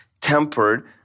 tempered